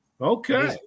Okay